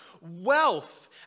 wealth